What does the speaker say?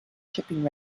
shipping